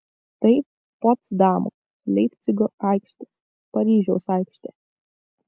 tai potsdamo leipcigo aikštės paryžiaus aikštė